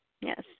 Yes